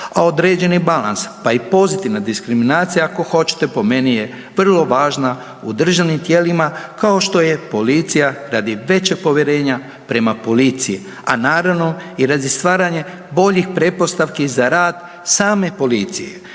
A određeni balans pa i pozitivna diskriminacija ako hoćete po meni je vrlo važna u državnim tijelima kao što je policija radi većeg povjerenja prema policiji, a naravno i radi stvaranja boljih pretpostavki za rad same policije.